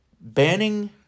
banning